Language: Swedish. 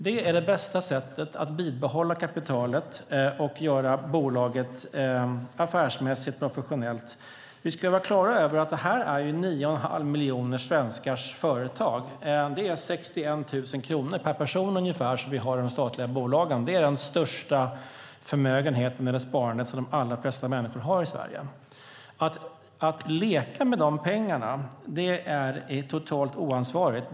Det är det bästa sättet att bibehålla kapitalet och göra bolaget affärsmässigt och professionellt. Vi ska vara klara över att det här är nio och en halv miljon svenskars företag. Det är 61 000 kronor per person ungefär som vi har i de statliga bolagen. Det är den största förmögenheten eller sparandet som de allra flesta människor har i Sverige. Att leka med de pengarna är totalt oansvarigt.